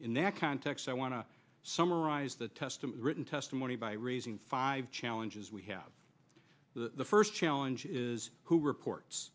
in that context i want to summarize the testimony written testimony by raising five challenges we have the first challenge is who reports